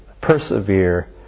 persevere